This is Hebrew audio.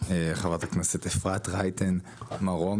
חברת הכנסת אפרת רייטן מרום,